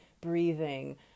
breathing